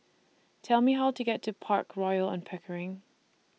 Tell Me How to get to Park Royal on Pickering